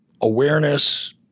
awareness